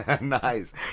Nice